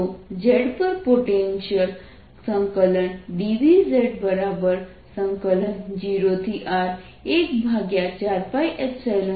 તો z પર potential dVz0R14π02πrdrσr2z2છે